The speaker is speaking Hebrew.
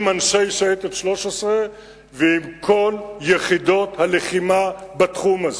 עם אנשי שייטת 13 ועם כל יחידות הלחימה בתחום הזה,